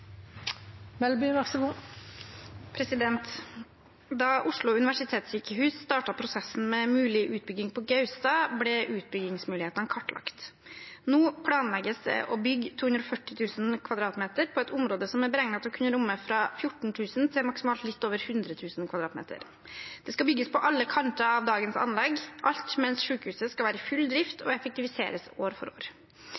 Oslo universitetssykehus startet prosessen med mulig utbygging på Gaustad, ble utbyggingsmulighetene kartlagt. Nå planlegges det å bygge 240 000 kvm på et område som er beregnet til å kunne romme fra 14 000 til maksimal litt over 100 000 kvm. Det skal bygges på alle kanter av dagens anlegg, alt mens sykehuset skal være i full drift